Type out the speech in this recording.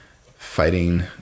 fighting